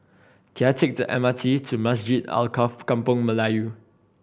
can I take the M R T to Masjid Alkaff Kampung Melayu